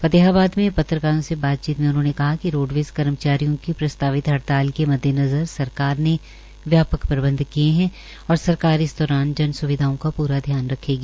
फतेहाबाद में पत्रकारों से बातचीत में उन्होंने कहा कि रोडवेज कर्मचारियों की प्रस्तावित हड़ताल के मद्देनजर सरकार ने व्यापक प्रबंध किये है और सरकार इस दौरान जन स्विधाओं का पूरा ध्यान रखेगी